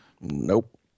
Nope